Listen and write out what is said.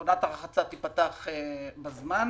שעונת הרחצה תיפתח בזמן,